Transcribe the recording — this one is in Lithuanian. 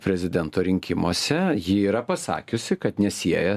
prezidento rinkimuose ji yra pasakiusi kad nesieja